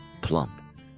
plump